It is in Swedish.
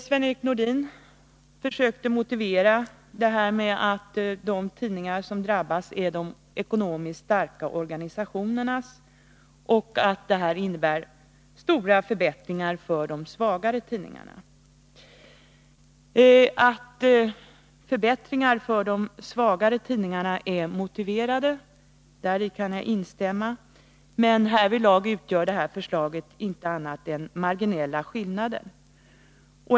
Sven-Erik Nordin försökte motivera detta med att de tidningar som drabbas är de ekonomiskt starka organisationernas och att förslaget innebär stora förbättringar för de svagare tidningarna. Att förbättringar för de svagare tidningarna är motiverade kan jag instämma i, men härvidlag utgör det här förslaget inte annat än marginella skillnader.